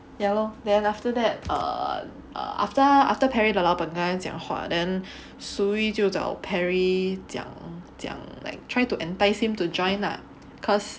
ya lor then after that err err after 他 after Perry 的老板跟他讲话 then Suyi 就找 Perry 讲讲 like try to entice him to join lah cause